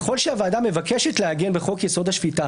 ככל שהוועדה מבקשת לעגן בחוק יסוד: השפיטה